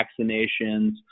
vaccinations